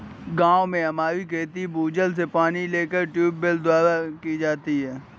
गांव में हमारी खेती भूजल से पानी लेकर ट्यूबवेल द्वारा की जाती है